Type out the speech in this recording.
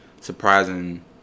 surprising